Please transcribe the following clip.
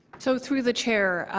so through the chair,